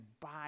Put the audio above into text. buy